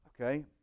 okay